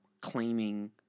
claiming